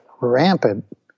rampant